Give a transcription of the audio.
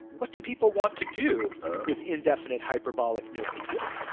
what do people want to do with indefinite hyperbolic numerals?